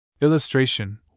Illustration